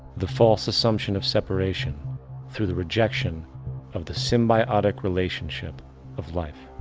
the false assumption of separation through the rejection of the symbiotic relationship of life.